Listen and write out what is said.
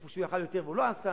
איפה שהוא יכול יותר והוא לא עשה,